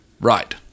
Right